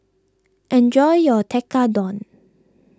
enjoy your Tekkadon